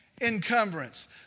encumbrance